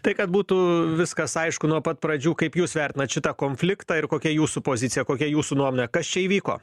tai kad būtų viskas aišku nuo pat pradžių kaip jūs vertinat šitą konfliktą ir kokia jūsų pozicija kokia jūsų nuomonė kas čia įvyko